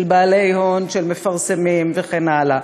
של בעלי הון, של מפרסמים, וכן הלאה.